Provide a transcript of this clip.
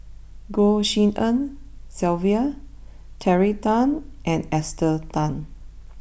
Goh Tshin En Sylvia Terry Tan and Esther Tan